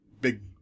big